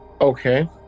Okay